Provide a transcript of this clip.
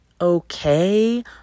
okay